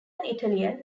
italian